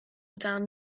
dan